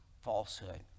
falsehood